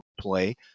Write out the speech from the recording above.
play